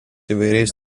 įvairiais